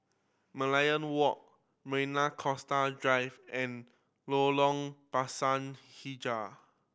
Merlion Walk Marina Coastal Drive and Lorong Pisang Hijau